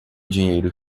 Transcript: dinheiro